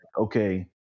okay